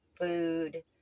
food